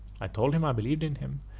i told him i believed in him,